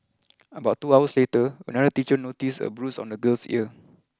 about two hours later another teacher noticed a bruise on the girl's ear